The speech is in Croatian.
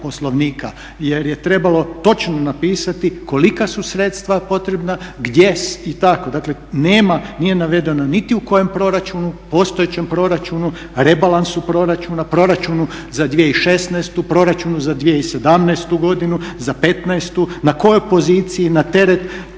jer je trebalo točno napisati kolika su sredstva potrebna, gdje i tako, dakle nije navedeno niti u kojem proračunu, postojećem proračunu, rebalansu proračuna, proračunu za 2016., proračunu za 2016.godinu za 2015., na kojoj poziciji, na teret